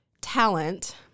talent